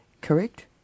correct